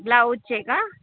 ब्लाऊजचे का